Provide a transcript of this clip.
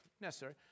necessary